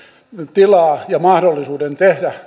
tilaa ja mahdollisuuden tehdä